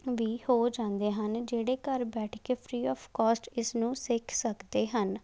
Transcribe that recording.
ਵੀ ਹੋ ਜਾਂਦੇ ਹਨ ਜਿਹੜੇ ਘਰ ਬੈਠ ਕੇ ਫਰੀ ਆਫ ਕੋਸਟ ਇਸਨੂੰ ਸਿੱਖ ਸਕਦੇ ਹਨ